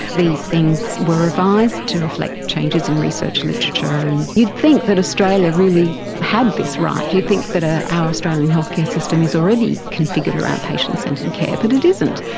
these things were revised to reflect changes in research literature. and you'd think that australia really had this right, you'd think that ah our australian healthcare system is already configured around patient-centred care, but it isn't.